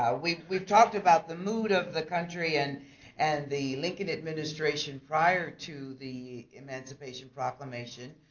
ah we've we've talked about the mood of the country and and the lincoln administration prior to the emancipation proclamation.